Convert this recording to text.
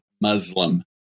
Muslim